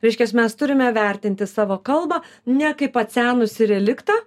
reiškias mes turime vertinti savo kalbą ne kaip pasenusį reliktą